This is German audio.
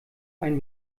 ein